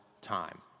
time